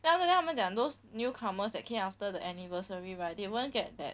then after that 他们讲 those newcomers that came after the anniversary right they won't get that